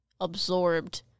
absorbed